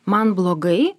man blogai